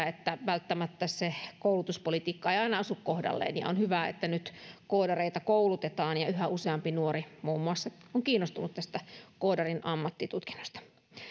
että välttämättä koulutuspolitiikka ei aina osu kohdalleen ja on hyvä että nyt koodareita koulutetaan ja muun muassa yhä useampi nuori on kiinnostunut tästä koodarin ammattitutkinnosta